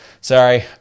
Sorry